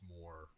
more